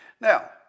Now